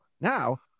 now